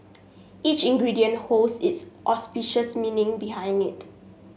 each ingredient holds its auspicious meaning behind it